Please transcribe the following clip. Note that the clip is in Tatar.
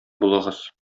булыгыз